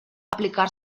aplicar